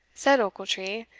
said ochiltree,